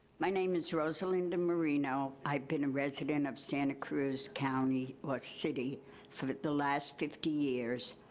my name is rosalinda moreno. i've been a resident of santa cruz county or city for the last fifty years.